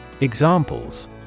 Examples